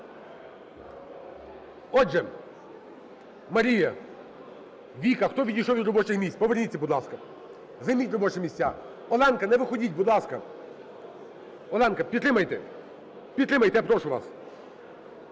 Отже, Марія, Віка, хто відійшов від робочих місць, – поверніться, будь ласка, займіть робочі місця. Оленко, не виходіть, будь ласка. Оленко, підтримайте, підтримайте, я прошу вас.